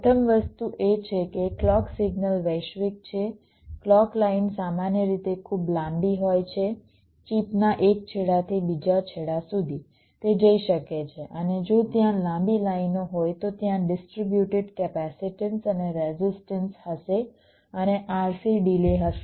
પ્રથમ વસ્તુ એ છે કે ક્લૉક સિગ્નલ વૈશ્વિક છે ક્લૉક લાઇન સામાન્ય રીતે ખૂબ લાંબી હોય છે ચિપના એક છેડાથી બીજા છેડા સુધી તે જઈ શકે છે અને જો ત્યાં લાંબી લાઈનો હોય તો ત્યાં ડિસ્ટ્રીબ્યુટેડ કેપેસિટન્સ અને રેઝિસ્ટન્સ હશે અને RC ડિલે હશે